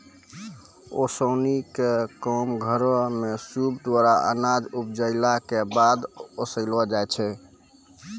ओसौनी क काम घरो म सूप द्वारा अनाज उपजाइला कॅ बाद ओसैलो जाय छै?